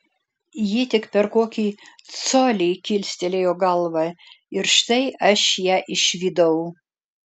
ji tik per kokį colį kilstelėjo galvą ir štai aš ją išvydau